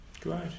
Great